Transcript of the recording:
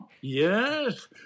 Yes